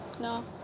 no